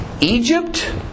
Egypt